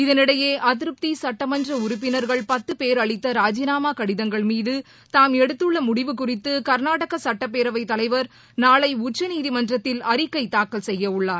இதனிடையே அதிருப்தி சுட்டமன்ற உறுப்பினர்கள் பத்து பேர் அளித்த ராஜினாமா கடிதங்கள் மீது தாம் எடுத்துள்ள முடிவு குறித்து கர்நாடக சுட்டப் பேரவைத் தலைவர் நாளை உச்சநீதிமன்றத்தில் அறிக்கை தாக்கல் செய்ய உள்ளார்